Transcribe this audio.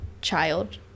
child